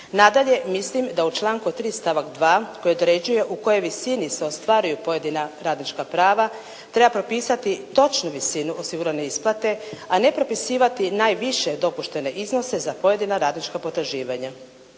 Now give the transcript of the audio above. Nadalje mislim da u članku 3. stavak 2. koji određuje u kojoj visini se ostvaruju pojedina radnička prava treba propisati točnu visinu osigurane isplate, a ne propisivati najviše dopuštene iznose za pojedina radnička potraživanja.